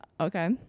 Okay